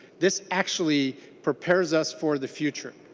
this actually prepares us for the future.